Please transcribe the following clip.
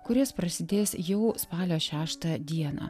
kurios prasidės jau spalio šeštą dieną